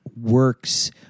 works